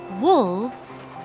wolves